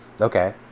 okay